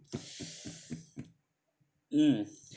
mm